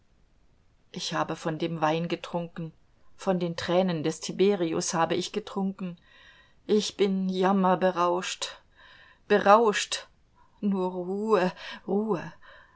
ich habe von dem wein getrunken von den tränen des tiberius habe ich getrunken ich bin jammerberauscht berauscht nur ruhe ruhe